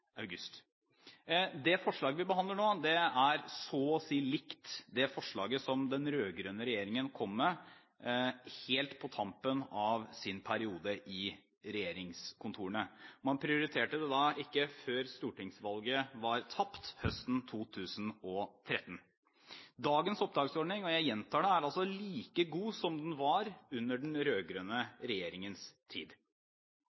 Forslaget vi behandler nå, er så å si likt forslaget den rød-grønne regjeringen kom med helt på tampen av sin periode i regjeringskontorene. Man prioriterte det ikke før stortingsvalget var tapt høsten 2013. Dagens opptaksordning – jeg gjentar dette – er like god som den var under den